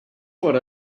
what